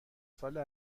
ساله